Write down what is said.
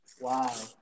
Wow